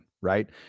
right